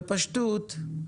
בפשטות,